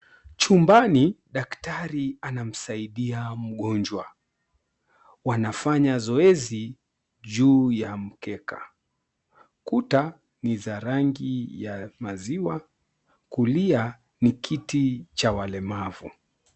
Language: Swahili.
Chumbani daktari anamsaidia mgonjwa. Wanafanya zoezi juu ya mkeka. Kuta ni za rangi ya maziwa. Kulia ni kiti cha walemavu.